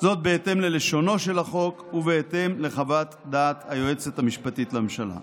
זאת בהתאם ללשונו של החוק ובהתאם לחוות דעתה של היועצת המשפטית לממשלה.